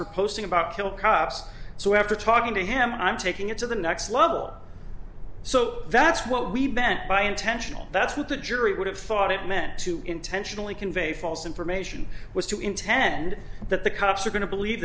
for posting about kill cops so after talking to him i'm taking it to the next lovel so that's what we meant by intentional that's what the jury would have thought it meant to intentionally convey false information was to intend that the cops are going to believe